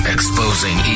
Exposing